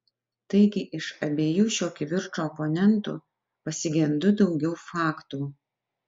taigi iš abiejų šio kivirčo oponentų pasigendu daugiau faktų